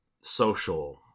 social